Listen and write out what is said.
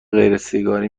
غیرسیگاری